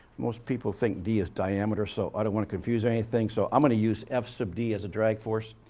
most people think d is diameter. so, i don't want to confuse anything so, i'm going to use f sub d as a drag force.